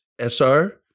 SR